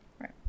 Right